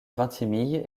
vintimille